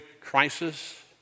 crisis